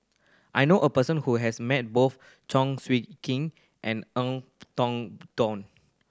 I know a person who has met both Chong King and Tong